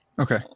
Okay